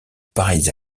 pareils